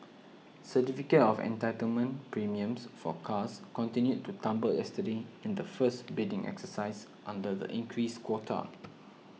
certificate of entitlement premiums for cars continued to tumble yesterday in the first bidding exercise under the increased quota